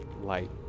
light